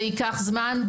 זה ייקח זמן.